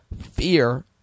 fear